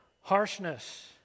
harshness